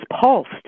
pulsed